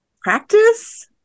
practice